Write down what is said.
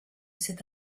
cet